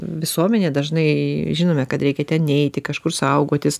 visuomenė dažnai žinome kad reikia ten neeiti kažkur saugotis